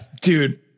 dude